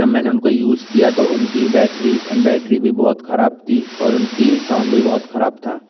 जब मैंने उनको यूज़ किया तो उनकी बैटरी बैटरी भी बहुत खराब थी और उनकी साउंड भी बहुत खराब था